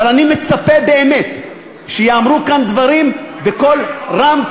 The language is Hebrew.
אבל אני מצפה באמת שייאמרו כאן דברים בקול רם,